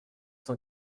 cent